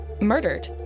murdered